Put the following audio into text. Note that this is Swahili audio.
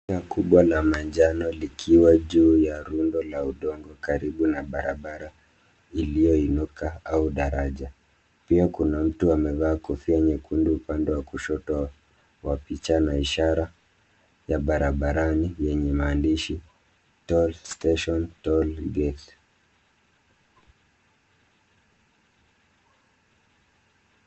Kubwa la manjano likiwa juu ya rundo la udongo karibu na barabara iliyoinuka au daraja. Pia kuna mtu amevaa kofia nyekundu upande wa kushoto wa picha na ishara ya barabarani yenye maandishi toll station, toll gate .